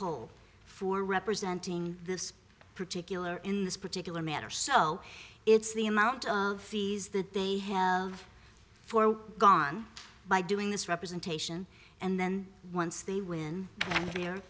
whole for representing this particular in this particular matter so it's the amount of fees that they have for gone by doing this representation and then once they when they're